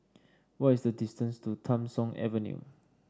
what is the distance to Tham Soong Avenue